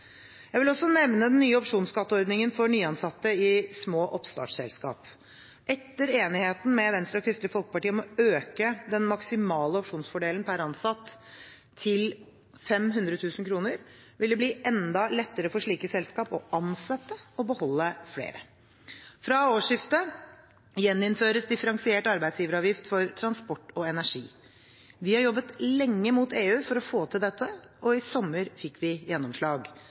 Jeg vil også nevne den nye opsjonsskatteordningen for nyansatte i små oppstartsselskap. Etter enigheten med Venstre og Kristelig Folkeparti om å øke den maksimale opsjonsfordelen per ansatt til 500 000 kr vil det bli enda lettere for slike selskap å ansette og beholde flere. Fra årsskiftet gjeninnføres differensiert arbeidsgiveravgift for transport og energi. Vi har jobbet lenge mot EU for å få til dette, og i sommer fikk vi gjennomslag.